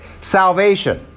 salvation